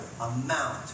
amount